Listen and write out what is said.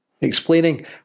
explaining